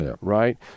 right